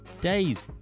days